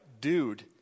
dude